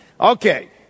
Okay